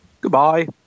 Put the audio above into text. goodbye